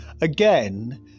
again